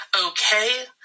okay